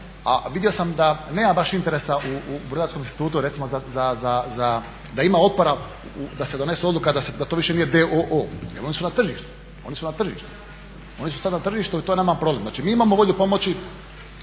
A vidio sam da nema baš intersa u Brodarskom institutu recimo za, da ima otpora da se donese odluka da to više nije d.o.o. jer oni su na tržištu, oni su na tržištu, oni su sad na tržištu i to je nama problem. Znači mi imamo volju pomoći